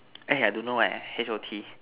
eh I don't know eh H_O_T